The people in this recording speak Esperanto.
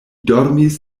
dormis